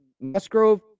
Musgrove